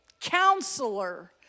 Counselor